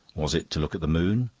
was it to look at the moon?